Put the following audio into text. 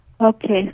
Okay